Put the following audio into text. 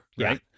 right